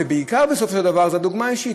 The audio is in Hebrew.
והעיקר בסופו של דבר זה דוגמה אישית.